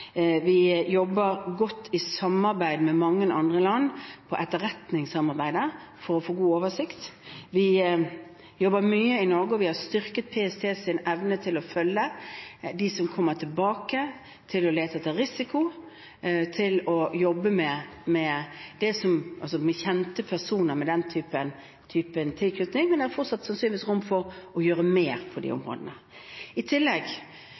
Vi jobber godt i samarbeid med mange andre land, i etterretningssamarbeidet, for å få god oversikt. Vi jobber mye i Norge, og vi har styrket PSTs evne til å følge dem som kommer tilbake, til å lete etter risiko, til å jobbe med kjente personer med den typen tilknytning, men det er fortsatt sannsynligvis rom for å gjøre mer på de områdene. I tillegg